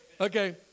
Okay